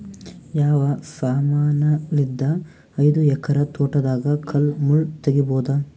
ಯಾವ ಸಮಾನಲಿದ್ದ ಐದು ಎಕರ ತೋಟದಾಗ ಕಲ್ ಮುಳ್ ತಗಿಬೊದ?